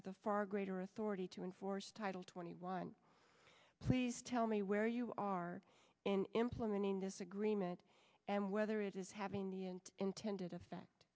with a far greater authority to enforce title twenty one please tell me where you are in implementing this agreement and whether it is having the intended effect